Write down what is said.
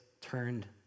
turned